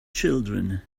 children